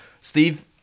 Steve